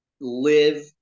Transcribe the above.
live